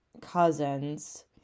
cousins